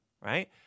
right